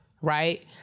right